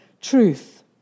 truth